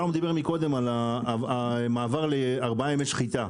שלום דיבר מקודם על המעבר לארבעה ימי שחיטה.